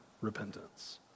repentance